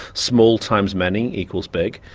small times many equals big,